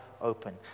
open